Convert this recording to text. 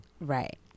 Right